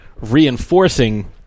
reinforcing